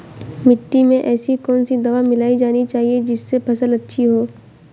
मिट्टी में ऐसी कौन सी दवा मिलाई जानी चाहिए जिससे फसल अच्छी हो?